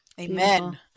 Amen